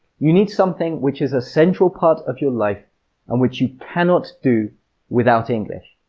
you need something which is a central part of your life, and which you cannot do without english.